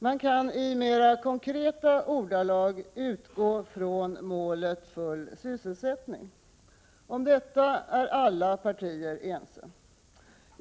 Man kan i mera konkreta ordalag utgå från målet full sysselsättning. Om detta är alla partier ense.